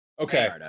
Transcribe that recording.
Okay